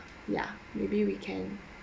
ya maybe we can